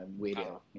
video